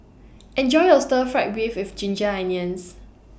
Enjoy your Stir Fried Beef with Ginger Onions